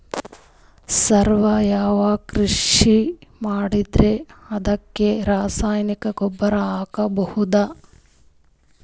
ಸಾವಯವ ಕೃಷಿ ಮಾಡದ್ರ ಅದಕ್ಕೆ ರಸಗೊಬ್ಬರನು ಹಾಕಬಹುದಾ?